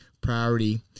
priority